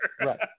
Right